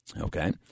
Okay